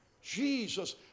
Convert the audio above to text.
Jesus